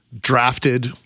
drafted